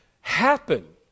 happen